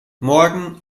morgen